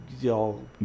y'all